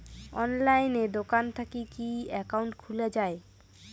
অনলাইনে দোকান থাকি কি একাউন্ট খুলা যায়?